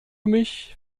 mich